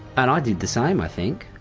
and i did the same, i think,